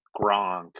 Gronk